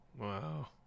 Wow